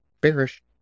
bearish